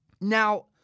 Now